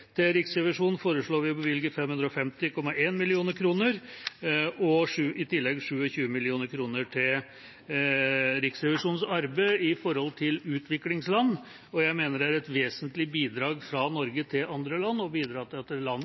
Til Riksrevisjonen foreslår vi å bevilge 550,1 mill. kr, og i tillegg 27 mill. kr til Riksrevisjonens arbeid overfor utviklingsland. Jeg mener det er et vesentlig bidrag fra Norge til andre land at land i utvikling også kan ha god revisjon og kontroll med statens bruk av penger, der mange ser at